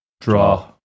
Draw